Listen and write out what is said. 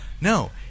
no